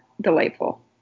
delightful